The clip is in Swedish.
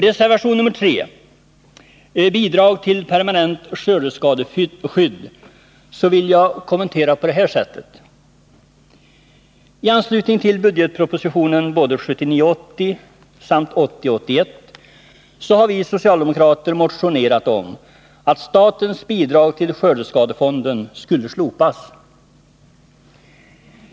Reservation nr 3 om bidrag till permanent skördeskadeskydd vill jag kommentera på följande sätt. I anslutning till budgetpropositionen för både budgetåret 1979 81 har vi socialdemokrater motionerat om att statens bidrag till skördeskadefonden skulle slopas.